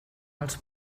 els